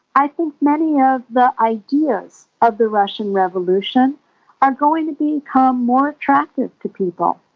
i think many of the ideas of the russian revolution are going to become more attractive to people.